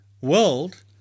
world